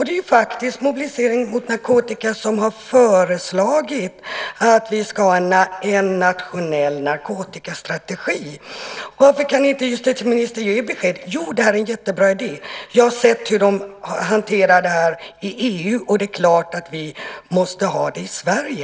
Det är ju faktiskt Mobilisering mot narkotika som har föreslagit att vi ska ha en nationell narkotikastrategi. Varför kan inte justitieministern ge besked? Han kunde säga: Jo, det här är en jättebra idé. Jag har sett hur de hanterar det här i EU, och det är klart att vi måste ha det i Sverige.